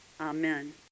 Amen